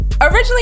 originally